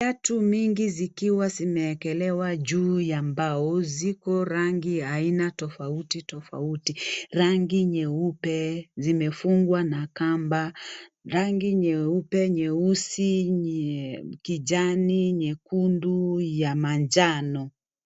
Viatu mingi zikiwa zimewekelewa juu ya mbao. Ziko rangi ya aina tofauti tofauti. Rangi nyeupe, zimefungwa na kamba, rangi nyeupe, nyeusi, kijani, nyekundu ya manjano.